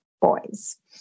boys